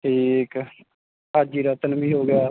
ਠੀਕ ਹਾਜੀ ਰਤਨ ਵੀ ਹੋ ਗਿਆ